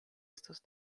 estos